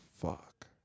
fuck